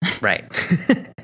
right